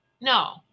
No